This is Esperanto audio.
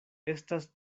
estas